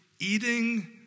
eating